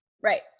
Right